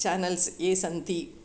channels ये सन्ति